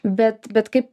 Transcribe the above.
bet bet kaip